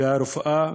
ברפואה